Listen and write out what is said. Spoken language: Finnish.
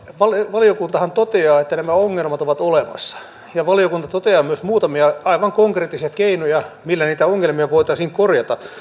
valiokuntahan toteaa että nämä ongelmat ovat olemassa valiokunta toteaa myös muutamia aivan konkreettisia keinoja millä niitä ongelmia voitaisiin korjata